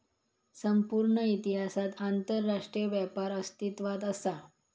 संपूर्ण इतिहासात आंतरराष्ट्रीय व्यापार अस्तित्वात असा